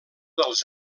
dels